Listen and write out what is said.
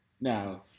Now